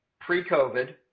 pre-COVID